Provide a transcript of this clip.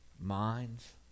minds